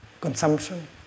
consumption